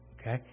Okay